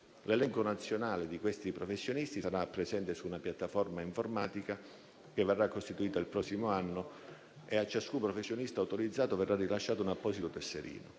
L'elenco nazionale di questi professionisti sarà presente su una piattaforma informatica, che verrà costituita il prossimo anno, e a ciascun professionista autorizzato verrà rilasciato un apposito tesserino.